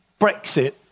Brexit